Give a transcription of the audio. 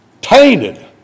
tainted